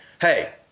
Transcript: hey